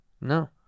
No